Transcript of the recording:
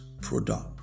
product